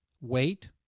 Wait